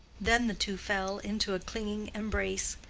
then the two fell into a clinging embrace,